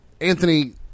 Anthony